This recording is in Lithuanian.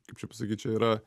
kaip čia pasakyt čia yra